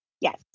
Yes